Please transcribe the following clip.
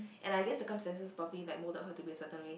and I guess circumstances probably like moulded her to be a certain way